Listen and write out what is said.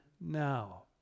now